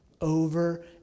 over